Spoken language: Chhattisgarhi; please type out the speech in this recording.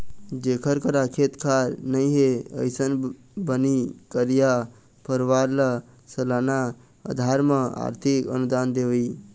जेखर करा खेत खार नइ हे, अइसन बनी करइया परवार ल सलाना अधार म आरथिक अनुदान देवई